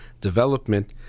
development